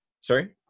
Sorry